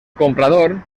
comprador